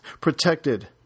protected